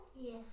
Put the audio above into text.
Yes